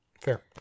fair